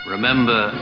Remember